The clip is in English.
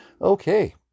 Okay